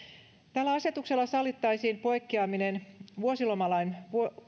tällä asetuksella sallittaisiin poikkeaminen vuosilomalain